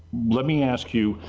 let me ask you,